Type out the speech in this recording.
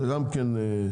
זה גם כן בעייתי,